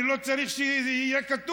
אני לא צריך שיהיה כתוב.